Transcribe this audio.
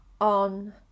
on